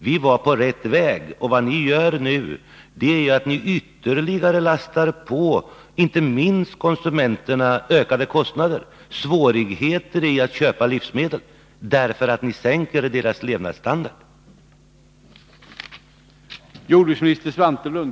Vi var på rätt väg, men vad ni gör nu är att ytterligare lasta på inte minst konsumenterna ökade kostnader och skapa svårigheter för dem att köpa livsmedel därför att ni sänker deras levnadsstandard.